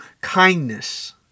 kindness